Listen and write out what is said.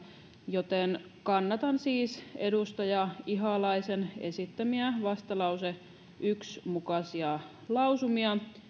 joten kannatan siis edustaja ihalaisen esittämiä vastalauseen yksi mukaisia lausumia